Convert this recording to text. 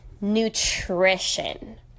nutrition